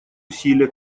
усилия